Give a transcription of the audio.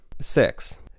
Six